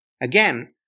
Again